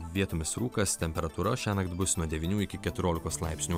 vietomis rūkas temperatūra šiąnakt bus nuo devynių iki keturiolikos laipsnių